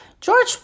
George